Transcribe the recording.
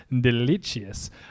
Delicious